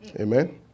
Amen